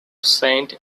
saint